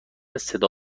صدا